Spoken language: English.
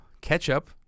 Ketchup